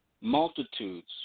Multitudes